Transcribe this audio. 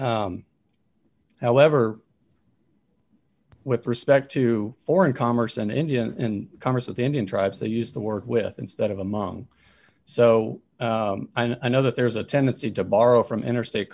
however with respect to foreign commerce and india and congress of the indian tribes they used to work with instead of among so i know that there's a tendency to borrow from interstate